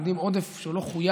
אתם יודעים שעודף שלא חויב